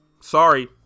Sorry